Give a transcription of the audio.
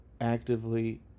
actively